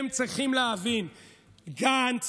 גנץ